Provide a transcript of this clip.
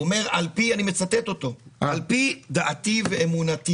הוא אומר, אני מצטט אותו, "על פי דעתי ואמונתי".